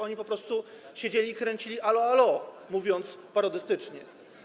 Oni po prostu siedzieli i kręcili „’Allo ‘Allo!”, mówiąc parodystycznie.